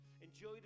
Enjoy